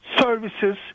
services